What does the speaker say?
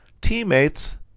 teammates